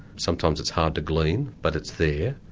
sometimes it's hard to glean but it's there,